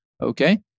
Okay